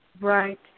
Right